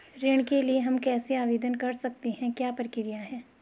ऋण के लिए हम कैसे आवेदन कर सकते हैं क्या प्रक्रिया है?